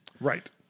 Right